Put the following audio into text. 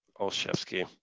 Olszewski